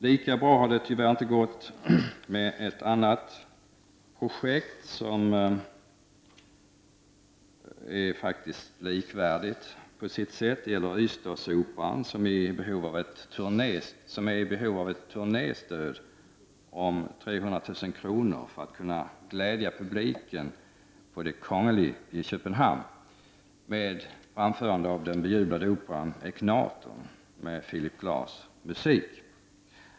Lika bra har det tyvärr inte gått med ett annat, likvärdigt projekt. Det gäller Ystadsoperan, som är i behov av ett turnéstöd om 300 000 kr. för att kunna glädja publiken på Det Kongelige i Köpenhamn med framförande av den bejublade operan Echnaton med Philip Glass musik.